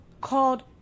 called